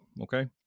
Okay